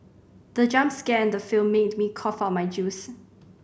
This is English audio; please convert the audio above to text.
the jump scare in the film made me cough out my juice